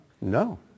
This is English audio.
No